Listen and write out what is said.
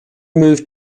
moved